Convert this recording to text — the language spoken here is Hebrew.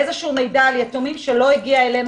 איזשהו מידע על יתומים שלא הגיע אלינו,